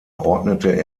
ordnete